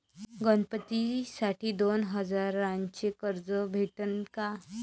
गणपतीसाठी दोन हजाराचे कर्ज भेटन का?